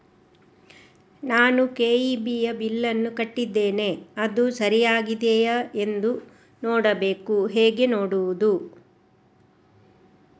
ನಾನು ಕೆ.ಇ.ಬಿ ಯ ಬಿಲ್ಲನ್ನು ಕಟ್ಟಿದ್ದೇನೆ, ಅದು ಸರಿಯಾಗಿದೆಯಾ ಎಂದು ನೋಡಬೇಕು ಹೇಗೆ ನೋಡುವುದು?